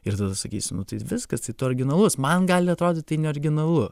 ir tada sakysim nu tai ir viskas tai tu originalus man gali atrodyt tai neoriginalu